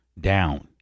down